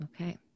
Okay